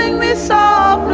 we saw